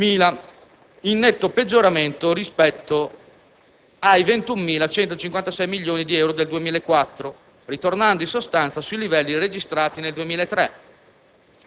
milioni, in netto peggioramento rispetto ai 21.156 milioni del 2004, ritornando in sostanza sui livelli registrati nel 2003.